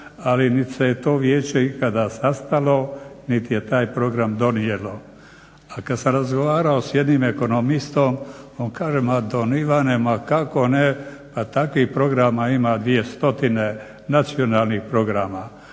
ali nit se je to vijeće ikada sastalo nit je taj program donijelo. A kad sam razgovarao s jednim ekonomistom, on kaže ma Don Ivane ma kao ne, pa takvih programa ima 2000, nacionalnih programa.